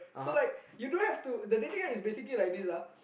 so like you don't have to the dating app is basically like this ah